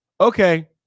okay